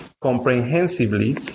comprehensively